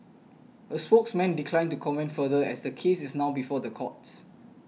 a spokesman declined to comment further as the case is now before the courts